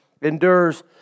endures